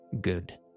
Good